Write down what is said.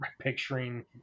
picturing